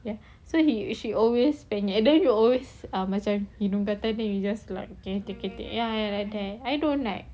ya so he she always penyek then you always macam hidung kata you just like okay ya ya like that